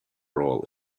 role